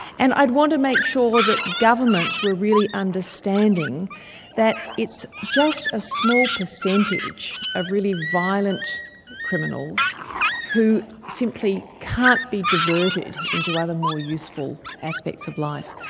and i'd want to make sure that governments were really understanding that it's just a small percentage of really violent criminals who simply can't be diverted into other more useful aspects of life.